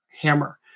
hammer